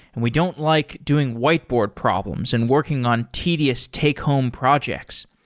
and we don't like doing whiteboard problems and working on tedious take home projects.